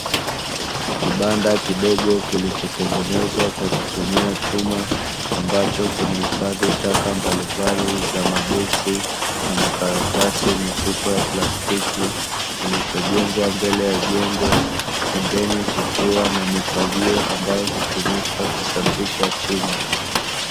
Kibanda kidogo kilichotengenezwa kwa kutumia chuma, ambacho kinahifadhi taka mbalimbali za maboksi namakaratasi, mifuko ya plastiki, kilichojengwa mbele ya jengo, pembeni kukiwa na mifagio ambayo hutumika kusafisha chini.